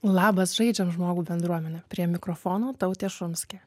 labas žaidžiam žmogų bendruomene prie mikrofono tautė šumskė